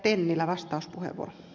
arvoisa puhemies